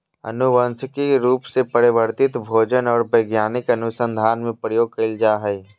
आनुवंशिक रूप से परिवर्तित भोजन और वैज्ञानिक अनुसन्धान में प्रयोग कइल जा हइ